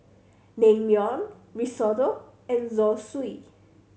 Naengmyeon Risotto and Zosui